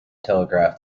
telegraph